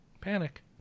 Panic